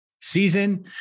season